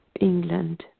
England